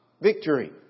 victory